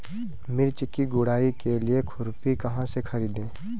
मिर्च की गुड़ाई के लिए खुरपी कहाँ से ख़रीदे?